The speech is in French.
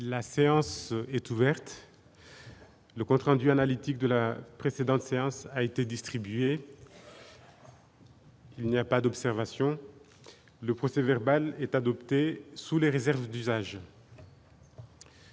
La séance est ouverte.. Le compte rendu analytique de la précédente séance a été distribué. Il n'y a pas d'observation ?... Le procès-verbal est adopté sous les réserves d'usage.